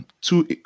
two